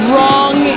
Wrong